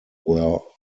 were